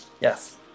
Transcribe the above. Yes